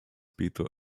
peter